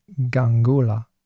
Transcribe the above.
Gangula